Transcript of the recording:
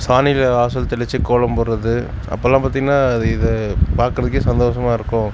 சாணியில் வாசல் தெளித்து கோலம் போடுறது அப்போலாம் பார்த்திங்கனா இதை பார்க்கறதுக்கே சந்தோஷமாக இருக்கும்